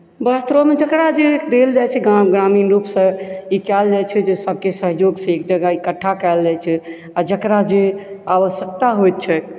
वास्तवमे जकरा जे देल जाइत छै गाम ग्रामीण रूपसँ ई कयल जाइत छै जे सभके सहयोगसँ एक जगह इकठ्ठा कयल जाइत छै आओर जकरा जे आवश्यकता होइत छैक